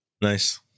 Nice